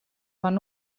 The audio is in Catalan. van